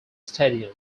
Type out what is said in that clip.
stadium